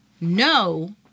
No